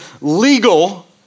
legal